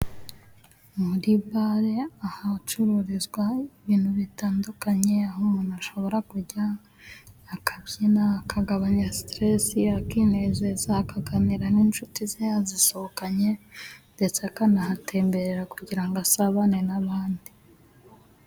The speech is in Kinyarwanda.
Muri bare ahacururizwa ibintu bitandukanye, aho umuntu ashobora kujya akabyina akagabanya siteresi, akinezeza, akaganira n'inshuti ze yazisohokanye ndetse akanahatemberera kugira ngo asabane n'abandi.